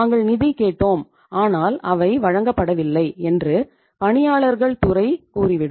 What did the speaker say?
நாங்கள் நிதி கேட்டோம் ஆனால் அவை வழங்கப்படவில்லை என்று பணியாளர்கள் துறை கூறிவிடும்